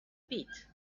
pit